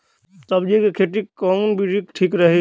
सब्जी क खेती कऊन विधि ठीक रही?